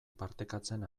partekatzen